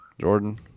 jordan